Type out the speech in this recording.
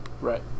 right